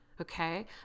Okay